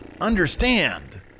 understand